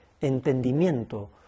entendimiento